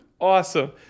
awesome